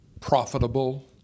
profitable